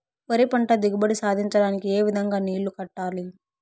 వరి పంట దిగుబడి సాధించడానికి, ఏ విధంగా నీళ్లు కట్టాలి?